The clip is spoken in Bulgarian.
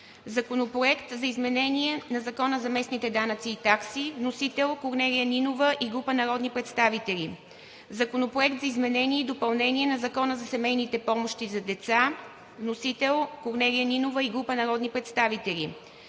Законопроект за изменение на Закона за местните данъци и такси. Вносители – Корнелия Нинова и група народни представители. Законопроект за изменение и допълнение на Закона за семейните помощи за деца. Вносители – Корнелия Нинова и група народни представители.